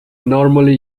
normally